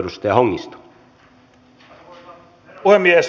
arvoisa herra puhemies